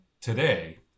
today